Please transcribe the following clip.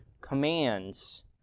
commands